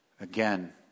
Again